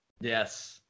Yes